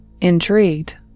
Intrigued